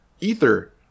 ether